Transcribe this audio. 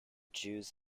jews